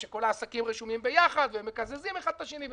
שכל העסקים רשומים ביחד והם מקזזים אחד את השני,